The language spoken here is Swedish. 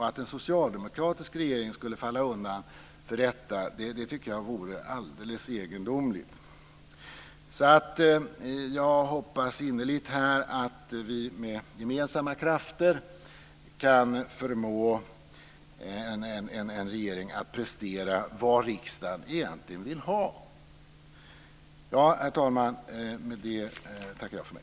Att en socialdemokratisk regering skulle falla undan för detta tycker jag vore alldeles egendomligt. Jag hoppas därför innerligt att vi med gemensamma krafter kan förmå en regering att prestera vad riksdagen egentligen vill ha. Herr talman! Med det tackar jag för mig.